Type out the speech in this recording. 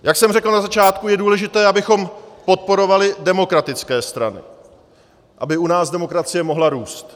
Jak jsem řekl na začátku, je důležité, abychom podporovali demokratické strany, aby u nás demokracie mohla růst.